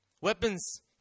weapons